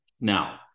Now